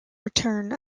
return